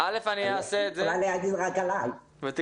אני יכולה להגיד רק עליי.